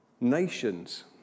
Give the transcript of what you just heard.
Nations